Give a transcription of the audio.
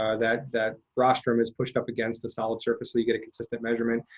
ah that that rostrom is pushed up against the solid surface so you get a consistent measurement.